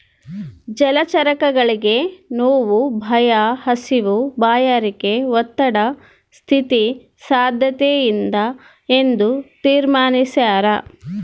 ಜಲಚರಗಳಿಗೆ ನೋವು ಭಯ ಹಸಿವು ಬಾಯಾರಿಕೆ ಒತ್ತಡ ಸ್ಥಿತಿ ಸಾದ್ಯತೆಯಿಂದ ಎಂದು ತೀರ್ಮಾನಿಸ್ಯಾರ